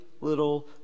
little